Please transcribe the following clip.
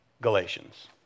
Galatians